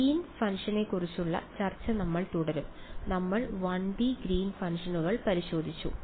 Green's ഫംഗ്ഷനുകളെക്കുറിച്ചുള്ള ചർച്ച നമ്മൾ തുടരും നമ്മൾ 1 ഡി ഗ്രീൻസ് ഫങ്ഷനുകൾ Green's functions പരിശോധിച്ചു